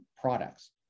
products